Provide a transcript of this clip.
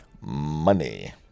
money